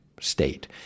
state